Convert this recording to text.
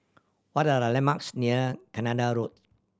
what are the landmarks near Canada Road